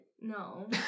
No